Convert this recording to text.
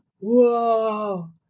whoa